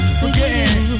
forgetting